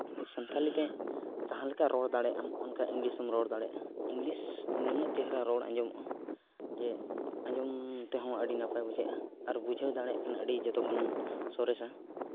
ᱥᱟᱱᱛᱟᱲᱤ ᱫᱚ ᱡᱟᱦᱟᱸᱞᱮᱠᱟ ᱨᱚᱲ ᱫᱟᱲᱮᱭᱟᱜᱼᱟᱢ ᱚᱱᱠᱟ ᱤᱝᱞᱤᱥᱮᱢ ᱨᱚᱲ ᱫᱟᱲᱮᱭᱟᱜᱼᱟ ᱤᱝᱞᱤᱥ ᱛᱮ ᱱᱩᱱᱟᱹᱜ ᱪᱮᱦᱨᱟ ᱨᱚᱲ ᱟᱸᱡᱚᱢᱚᱜᱼᱟ ᱡᱮ ᱟᱸᱡᱚᱢ ᱛᱮᱦᱚᱸ ᱟᱹᱰᱤ ᱱᱟᱯᱟᱭ ᱵᱩᱡᱷᱟᱹᱜᱼᱟ ᱟᱨ ᱵᱩᱡᱷᱟᱹᱣ ᱫᱟᱲᱮᱭᱟᱜ ᱠᱷᱟᱱ ᱟᱹᱰᱤ ᱡᱚᱛᱚᱠᱷᱚᱱ ᱥᱚᱨᱮᱥᱟ